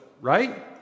Right